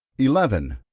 eleven.